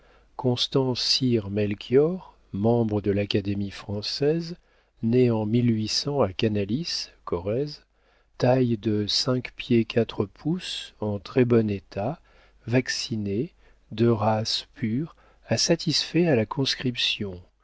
constant cyr melchior membre de l'académie française né en à canalis corrèze taille de cinq pieds quatre pouces en très bon état vacciné de race pure a satisfait à la conscription